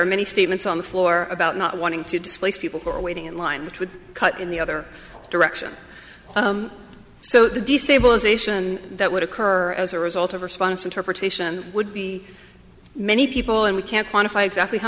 are many statements on the floor about not wanting to displace people who are waiting in line which would cut in the other direction so the destabilization that would occur as a result of response interpretation would be many people and we can't quantify exactly how